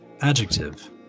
Adjective